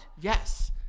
Yes